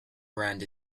brand